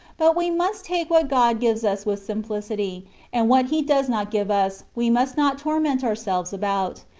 but we must take what grod gives us with simplicity and what he does not give us, we must not torment ourselves about,